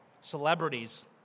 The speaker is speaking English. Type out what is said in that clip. celebrities